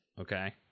okay